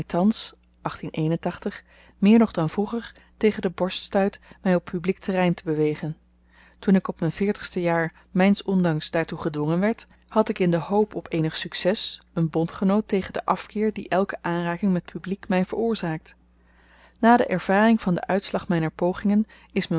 meer nog dan vroeger tegen de borst stuit my op publiek terrein te bewegen toen ik op m'n veertigste jaar myns ondanks daartoe gedwongen werd had ik in de hoop op eenig succes een bondgenoot tegen den afkeer die elke aanraking met publiek my veroorzaakt na de ervaring van den uitslag myner pogingen is